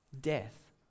death